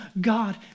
God